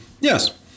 Yes